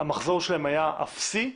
המחזור שלהם היה אפסי.